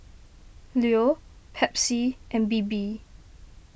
Leo Pepsi and Bebe